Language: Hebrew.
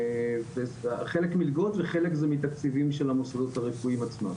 וחלק זה מתקציבים של המוסדות הרפואיים עצמם.